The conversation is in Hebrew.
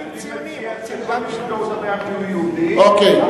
אני מציע שקודם כול נפתור את הבעיה של מיהו יהודי,